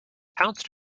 pounced